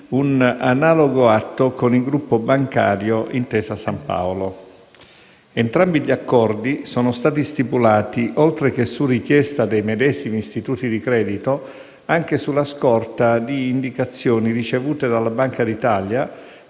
un analogo atto con il Gruppo bancario Intesa San Paolo. Entrambi gli accordi sono stati stipulati, oltre che su richiesta dei medesimi istituti di credito, anche sulla scorta delle indicazioni ricevute dalla Banca d'Italia,